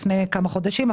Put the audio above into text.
לפני כמה חודשים.